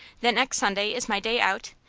that next sunday is my day out,